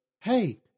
hey